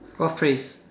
what phrase